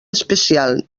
especial